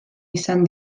izan